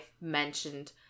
mentioned